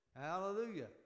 Hallelujah